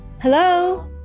Hello